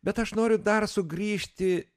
bet aš noriu dar sugrįžti